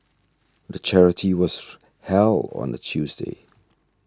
the charity was held on a Tuesday